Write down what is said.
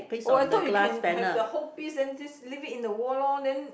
oh I thought you can have the whole piece then just leave it in the wall lor then